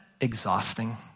exhausting